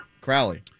Crowley